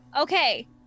Okay